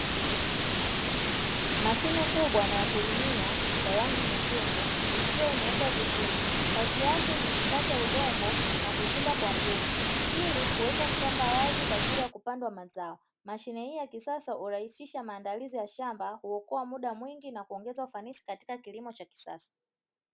Mashine kubwa na ya kulimia ya rangi nyekundu, ikiwa imewekwa vizuri, kazi yake ni kukata udongo na kuchimba kwa nguvu ili kuweka shamba wazi kwa ajili ya kupandwa mazao. Mashine hii ya kisasa hurahisisha maandalizi ya shamba, huokoa muda mwingi na kuongeza ufanisi katika kilimo cha kisasa.